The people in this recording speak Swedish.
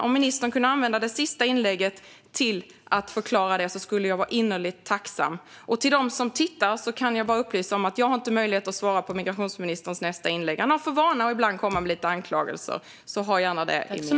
Om ministern kunde använda det sista inlägget till att förklara det skulle jag vara innerligt tacksam. Jag kan upplysa dem som tittar om att jag inte har möjlighet att svara på migrationsministerns nästa inlägg. Han har för vana att ibland komma med lite anklagelser i sitt avslutande inlägg. Ha gärna det i minnet!